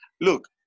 Look